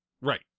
Right